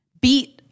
beat